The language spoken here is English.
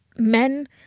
Men